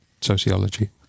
sociology